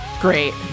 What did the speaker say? Great